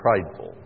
prideful